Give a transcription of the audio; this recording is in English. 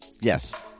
Yes